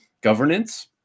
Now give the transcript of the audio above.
governance